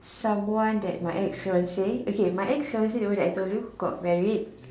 someone that my ex fiance okay my ex fiance the one that I told you got married